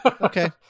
Okay